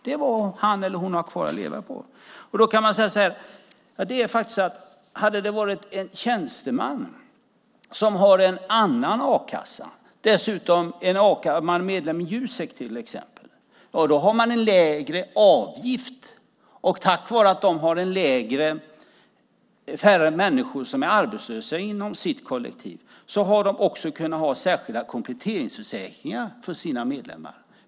Det är vad han eller hon har kvar att leva på. Om man till exempel är medlem i Jusek har man en lägre avgift. Och tack vare att Jusek har färre människor som är arbetslösa inom sitt kollektiv har man också kunnat ha särskilda kompletteringsförsäkringar för sina medlemmar.